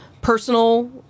personal